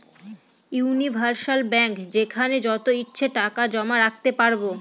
universal bank যেখানে যত ইচ্ছে টাকা জমা রাখতে পারবো